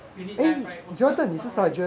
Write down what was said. unit life right was quite was quite alright